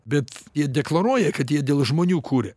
bet jie deklaruoja kad jie dėl žmonių kuria